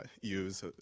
use